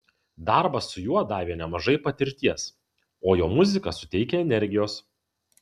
darbas su juo davė nemažai patirties o jo muzika suteikia energijos